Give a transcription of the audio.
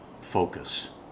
focus